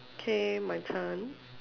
K my turn